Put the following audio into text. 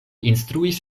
instruis